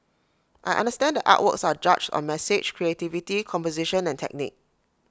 I understand that artworks are judged on message creativity composition and technique